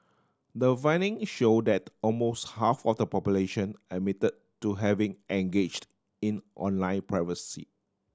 the finding show that almost half of the population admit to having engaged in online piracy